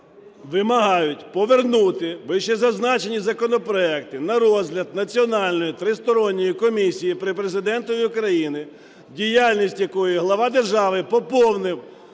вимагають повернути вищезазначені законопроекти на розгляд Національної тристоронньої комісії при Президентові України, діяльність якої глава держави поповнив,